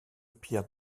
pierre